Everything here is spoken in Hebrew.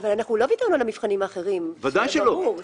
אבל אנחנו לא וויתרנו על המבחנים האחרים, זה ברור.